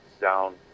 down